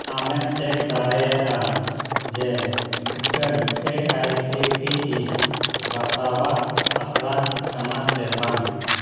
ᱟᱢᱮᱢ ᱪᱮᱠ ᱫᱟᱲᱮᱭᱟᱜᱼᱟ ᱡᱮ ᱢᱤᱫᱴᱟᱹᱱ ᱮ ᱟᱭ ᱥᱤ ᱴᱤ ᱤ ᱵᱟᱛᱟᱣᱟᱜ ᱟᱥᱲᱟ ᱠᱟᱱᱟ ᱥᱮ ᱵᱟᱝ